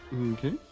Okay